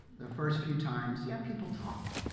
the first few times, yeah, people talked.